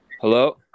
hello